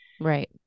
Right